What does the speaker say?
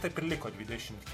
taip ir liko dvidešimt